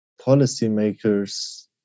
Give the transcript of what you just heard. policymakers